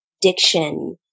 diction